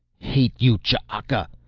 hate you, ch'aka!